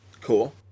Cool